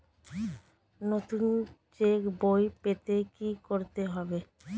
নতুন চেক বই পেতে কী করতে হবে?